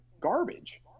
garbage